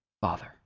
Father